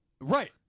Right